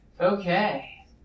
Okay